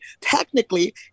Technically